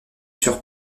sur